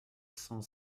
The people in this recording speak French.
cent